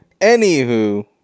Anywho